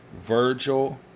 Virgil